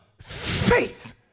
faith